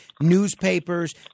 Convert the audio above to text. newspapers